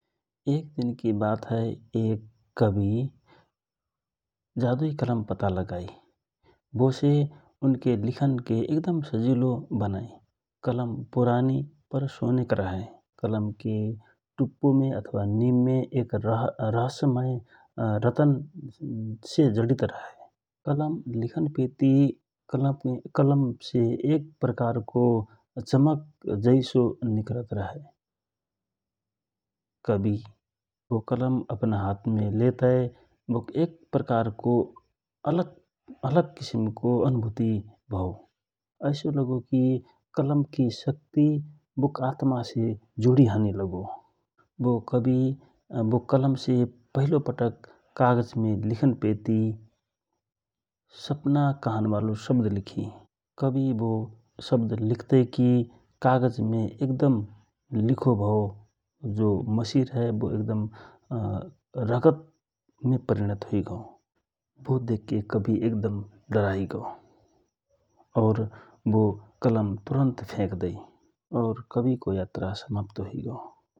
एक दिन एक कवि जादुइ कलम पत्ता लगाइ जा से उन के लिख मे बहुत सजिलो हूइगौ । कलम पुरानि पर सोनेक रहए । कलमके टुप्पो मे अथवा निममे एक रहस्यमय रतन से जडित रहए । लिखन पेति कलमसे एक प्रकारको चमक जैसो निकर रहए । कवि बो कलम अपन हातमे लेतय कि एक प्रकारको अलग किसको अनुभुति भौ ,एसो लागो कि कलम कि शक्ति बुक आत्मासे जुडो हानि लगो । कवि बो कलम से पहिलो पटक लिखन पेति सपना कहन बालो शब्द लिखि कवि बो शब्द लिखतय कि कागजमे एक दम लिखोभव मसि रहए रगत मे परिणत हुइगौ बो देखके कवि एक दम डराइगौ और बो कलम तुरन्त फेकदइ और कविको यात्रा समाप्त हुइगौ ।